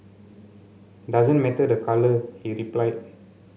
doesn't matter the colour he replied